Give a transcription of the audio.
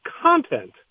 content